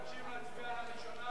מבקשים להצביע על הראשונה